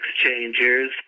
exchangers